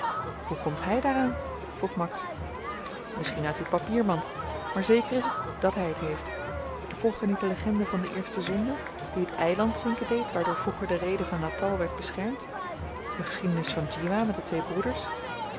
hoe komt hy daaraan vroeg max misschien uit uw papiermand maar zeker is t dàt hy het heeft volgt er niet de legende van de eerste zonde die t eiland zinken deed waardoor vroeger de reede van natal werd beschermd de geschiedenis van djiwa met de twee broeders